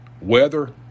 weather